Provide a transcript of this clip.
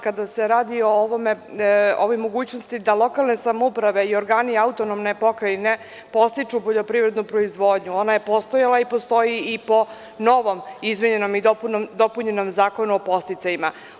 Kada se radi o ovoj mogućnosti da lokalne samouprave i organi autonomne pokrajine podstiču poljoprivrednu proizvodnju, ona je postojala i postoji i po novom izmenjenom i dopunjenom Zakonu o podsticajima.